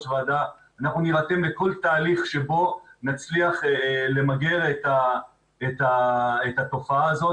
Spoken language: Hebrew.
תהליך שבו נצליח למגר את התופעה הזאת.